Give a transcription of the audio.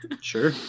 Sure